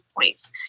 points